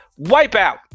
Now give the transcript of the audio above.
wipeout